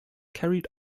carried